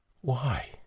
Why